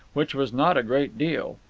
which was not a great deal.